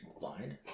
blind